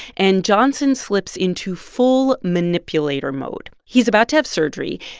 and johnson slips into full manipulator mode. he's about to have surgery,